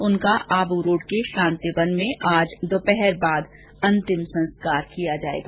उनका आबूरोड के शांतिवन आज दोपहर बाद अंतिम संस्कार किया जायेगा